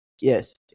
Yes